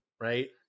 right